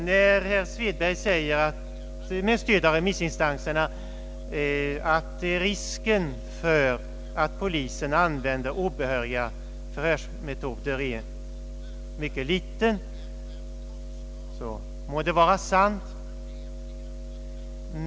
När herr Svedberg med stöd av remissinstanserna säger att risken för att polisen använder obehöriga förhörsmetoder är mycket liten, må det vara sant.